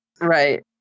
right